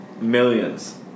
Millions